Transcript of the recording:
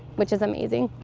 which is amazing.